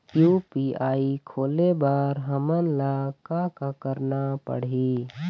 UPI खोले बर हमन ला का का करना पड़ही?